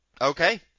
Okay